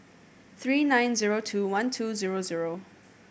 three nine zero two one two zero zero